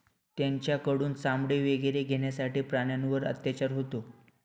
त्यांच्याकडून चामडे वगैरे घेण्यासाठी प्राण्यांवर अत्याचार होतो